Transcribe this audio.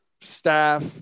staff